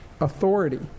authority